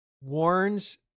warns